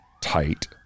tight